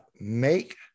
Make